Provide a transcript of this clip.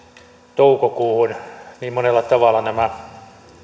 toukokuuhun niin monella tavalla nämä